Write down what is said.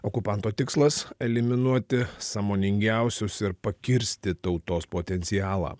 okupanto tikslas eliminuoti sąmoningiausius ir pakirsti tautos potencialą